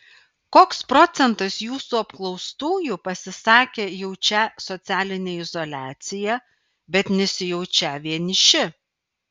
koks procentas jūsų apklaustųjų pasisakė jaučią socialinę izoliaciją bet nesijaučią vieniši